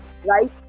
Right